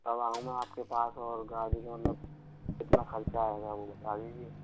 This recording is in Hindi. कब आऊँ मैं आपके पास और गाड़ी मतलब कितना खर्चा आएगा वो बता दीजिए